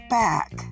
back